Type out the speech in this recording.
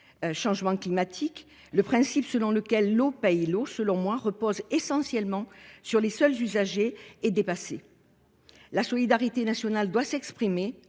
changement climatique, le principe selon lequel « l'eau paie l'eau » reposant essentiellement sur les seuls usagers est dépassé. La solidarité nationale doit s'exprimer.